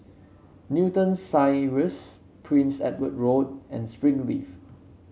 Newton Cirus Prince Edward Road and Springleaf